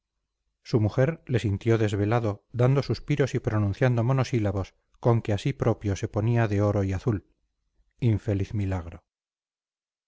su mujer le sintió desvelado dando suspiros y pronunciando monosílabos con que a sí propio se ponía de oro y azul infeliz milagro